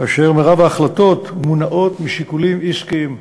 כאשר רוב ההחלטות מונעות משיקולים עסקיים.